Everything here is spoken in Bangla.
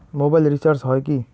মোবাইল রিচার্জ হয় কি?